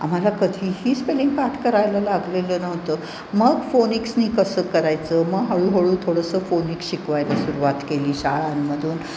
आम्हाला कधीही स्पेलिंग पाठ करायला लागलेलं नव्हतं मग फोनिक्सनी कसं करायचं मग हळूहळू थोडंसं फोनिक्स शिकवायला सुरवात केली शाळांमधून